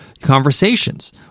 conversations